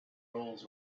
roles